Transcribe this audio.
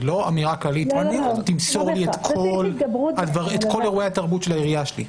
זה לא אמירה כללית תמסור לי את כל אירועי התרבות של העירייה שלי.